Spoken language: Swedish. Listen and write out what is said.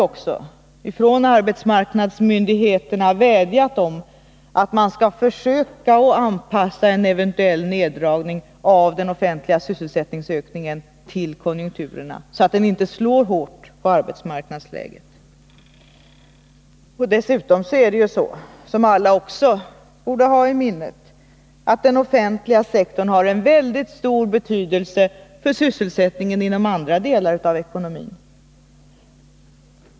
Och arbetsmarknadsmyndigheterna har också vädjat om att man skall försöka anpassa en eventuell neddragning av den offentliga sysselsättningsökningen så att den inte slår hårt mot arbetsmarknadsläget. Dessutom är det så — det borde man också hålla i minnet —att den offentliga sektorn har en väldigt stor betydelse för sysselsättningen inom andra delar av ekonomin.